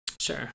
Sure